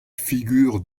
figure